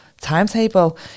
timetable